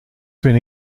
vindt